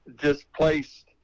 displaced